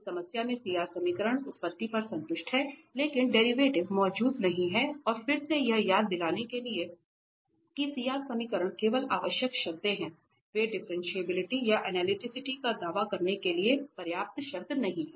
इस समस्या में CR समीकरण उत्पत्ति पर संतुष्ट हैं लेकिन डेरिवेटिव मौजूद नहीं है और फिर से यह याद दिलाने के लिए कि CR समीकरण केवल आवश्यक शर्तें हैं वे डिफ्रेंटिएबिलिटीया अनलिटीसीटी का दावा करने के लिए पर्याप्त शर्त नहीं हैं